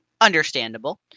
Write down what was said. understandable